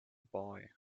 boy